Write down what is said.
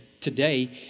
today